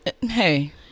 hey